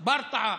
ברטעה,